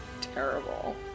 terrible